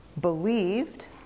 believed